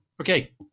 Okay